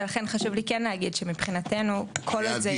ולכן חשוב לי להגיד שמבחינתנו כל עוד זה